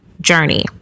journey